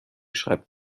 schreibt